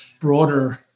broader